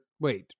Wait